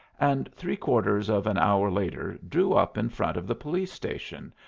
and three-quarters of an hour later drew up in front of the police-station,